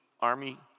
army